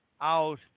out